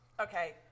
Okay